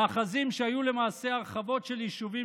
מאחזים שהיו למעשה הרחבות של יישובים